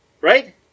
right